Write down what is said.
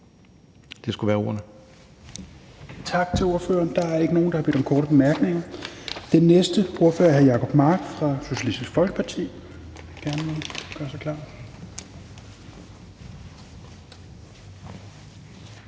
Helveg Petersen): Tak til ordføreren. Der er ikke nogen, der har bedt om korte bemærkninger. Den næste ordfører er hr. Jacob Mark fra Socialistisk Folkeparti.